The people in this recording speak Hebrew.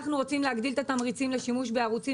אנחנו רוצים להגדיל את התמריץ לשימוש בערוצים